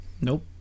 nope